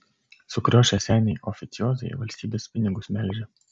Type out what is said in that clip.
sukriošę seniai oficiozai valstybės pinigus melžia